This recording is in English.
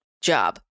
job